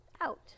Out